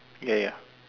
ya ya